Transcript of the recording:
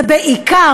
זה בעיקר,